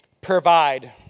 Provide